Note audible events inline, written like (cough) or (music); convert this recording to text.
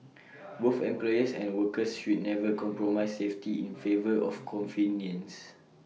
(noise) both employers and workers should never compromise safety in favour of convenience